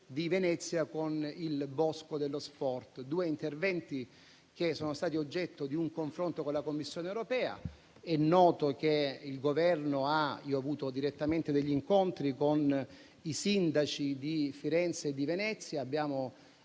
di Venezia con il «Bosco dello sport», due interventi che sono stati oggetto di un confronto con la Commissione europea. È noto che ho avuto direttamente degli incontri con i sindaci di Firenze e di Venezia,